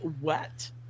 wet